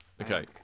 okay